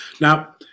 now